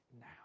now